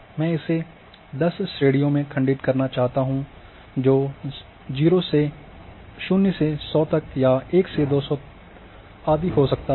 मैं इसे दस श्रेणियों में खंडित चाहता हूं जो 0 से 100 तक या 1 से 200 आदि हो सकता है